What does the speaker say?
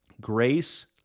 grace